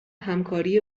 همکاری